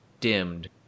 dimmed